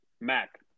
Mac